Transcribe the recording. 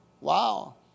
Wow